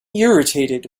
irritated